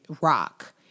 rock